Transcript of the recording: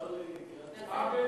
עוול?